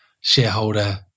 shareholder